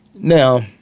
Now